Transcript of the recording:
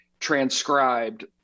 transcribed